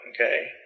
Okay